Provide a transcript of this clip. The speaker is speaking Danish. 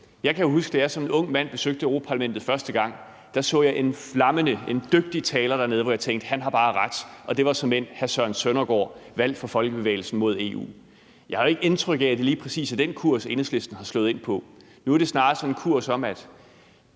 Jeg kan huske, da jeg som ung mand besøgte Europa-Parlamentet første gang. Da så jeg en flammende, dygtig taler tale dernede, og jeg tænkte: Han har bare ret. Det var såmænd hr. Søren Søndergaard, valgt for Folkebevægelsen mod EU. Jeg har jo ikke indtryk af, at det lige præcis er den kurs, Enhedslisten er slået ind på. Nu er det snarere sådan en kurs,